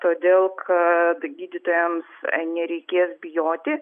todėl kad gydytojams nereikės bijoti